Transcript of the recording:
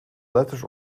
letters